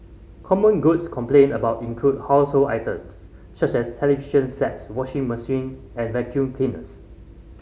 common goods complained about include household items such as television sets washing machine and vacuum cleaners